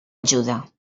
ajuda